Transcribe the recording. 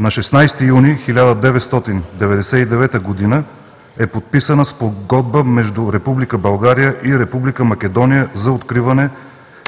На 16 юни 1999 г. е подписана Спогодба между Република България и Република Македония за откриване